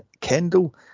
Kendall